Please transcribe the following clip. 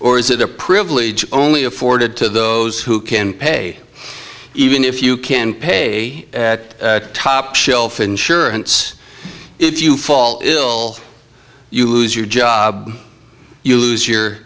or is it a privilege only afforded to those who can pay even if you can pay top shelf insurance if you fall ill you lose your job you lose your